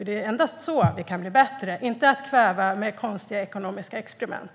Det är endast så vi kan bli bättre, inte genom att kväva företagare med konstiga ekonomiska experiment.